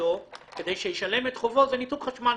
נגדו כדי שישלם את חובו זה ניתוק חשמל,